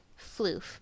Floof